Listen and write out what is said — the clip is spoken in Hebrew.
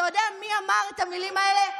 אתה יודע מי אמר את המילים האלה?